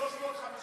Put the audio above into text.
לא נכון.